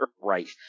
Right